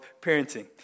parenting